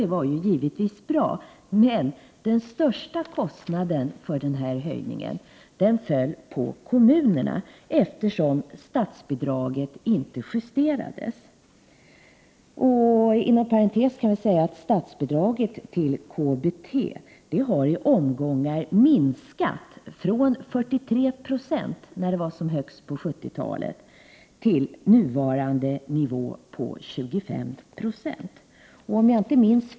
Det var givetvis bra, men den största kostnaden för denna höjning föll på kommunerna, eftersom statsbidraget inte justerades. Inom parentes kan jag säga att statsbidraget till KBT har i omgångar minskat från 43 96, när det var som högst på 70-talet, till nuvarande 25 90.